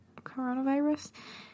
coronavirus